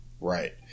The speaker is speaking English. Right